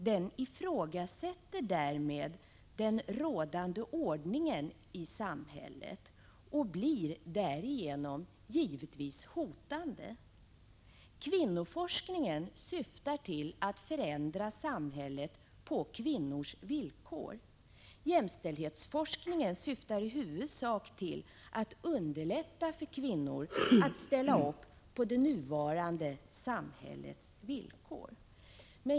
Den ifrågasätter därmed den rådande ordningen i samhället och blir därigenom givetvis hotande. Kvinnoforskningen syftar till att förändra samhället på kvinnors villkor. Jämställdhetsforskningen syftar i huvudsak till att underlätta för kvinnor att ställa upp på det nuvarande samhällets villkor.